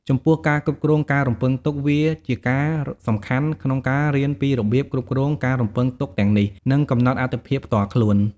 ចំពោះការគ្រប់គ្រងការរំពឹងទុក វាជាការសំខាន់ក្នុងការរៀនពីរបៀបគ្រប់គ្រងការរំពឹងទុកទាំងនេះ និងកំណត់អាទិភាពផ្ទាល់ខ្លួន។